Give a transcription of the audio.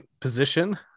position